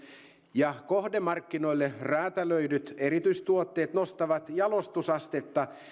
ja kohdemarkkinoille räätälöidyt erityistuotteet nostavat jalostusastetta